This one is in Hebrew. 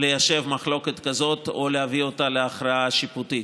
ליישב מחלוקת כזאת או להביא אותה להכרעה שיפוטית.